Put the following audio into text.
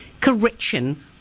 Correction